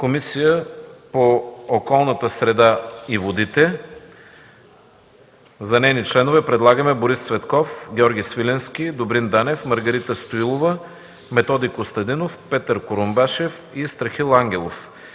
Комисия по околната среда и водите – за нейни членове предлагаме Борис Цветков, Георги Свиленски, Добрин Данев, Маргарита Стоилова, Методи Костадинов, Петър Курумбашев и Страхил Ангелов.